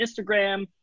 Instagram